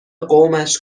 قومش